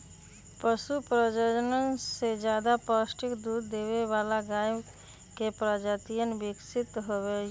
पशु प्रजनन से ज्यादा पौष्टिक दूध देवे वाला गाय के प्रजातियन विकसित होलय है